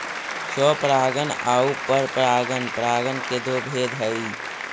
स्वपरागण आउ परपरागण परागण के दो भेद हइ